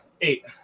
Eight